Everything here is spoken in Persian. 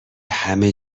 همه